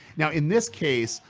now in this case,